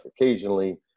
occasionally